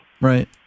right